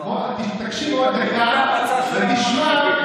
תקשיב עוד דקה ותשמע.